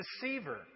deceiver